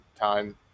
time